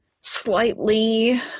slightly